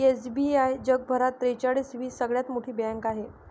SBI जगभरात त्रेचाळीस वी सगळ्यात मोठी बँक आहे